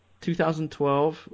2012